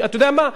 אתה יודע מה,